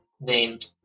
named